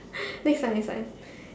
next time next time